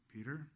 Peter